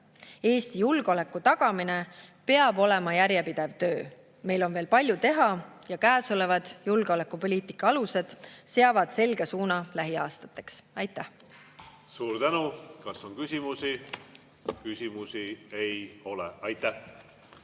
Eesti julgeoleku tagamine peab olema järjepidev töö. Meil on veel palju teha ja käesolevad julgeolekupoliitika alused seavad selge suuna lähiaastateks. Aitäh! Suur tänu! Kas on küsimusi? Küsimusi ei ole. Aitäh!